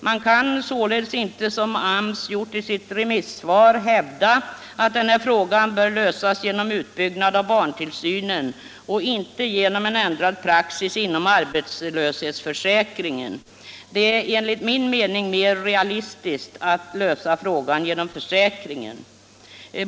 Man kan således inte, som AMS har gjort i sitt remissvar, hävda att denna fråga bör lösas genom utbyggnad av barntillsynen, inte genom ändrad praxis inom arbetslöshetsförsäkringen. Det är enligt min mening mera realistiskt att lösa frågan genom försäkringen.